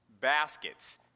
baskets